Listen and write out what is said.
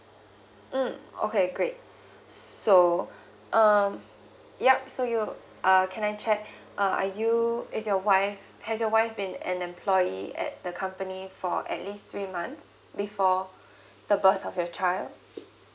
mm okay great so um yup so you uh (can I check are you is your wife has your wife been an employee at the company for at least three months before the birth of your child